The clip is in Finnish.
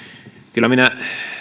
kyllä minä